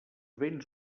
béns